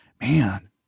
Man